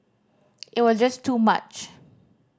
it was just too much